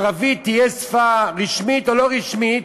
ערבית תהיה שפה רשמית או לא רשמית,